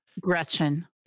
gretchen